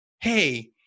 hey